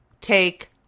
take